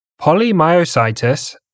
Polymyositis